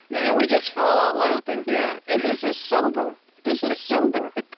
and then we just fall out laughing. yeah and this is sober. this is sober